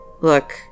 Look